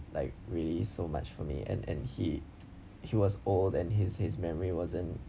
like really so much for me and and he he was old and his his memory wasn't